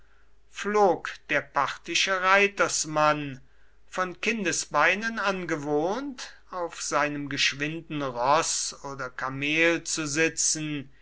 flog der parthische reitersmann von kindesbeinen an gewohnt auf seinem geschwinden roß oder kamel zu sitzen